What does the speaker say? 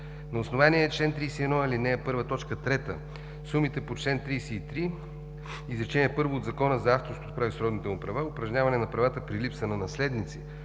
на основание чл. 31, ал. 1, т. 3 сумите по чл. 33, изречение първо от Закона за авторското право и сродните му права, упражняване на правата при липса на наследници